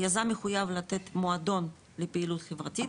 היזם מחויב לתת מועדון לפעילות חברתית,